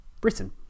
Britain